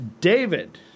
David